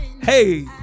Hey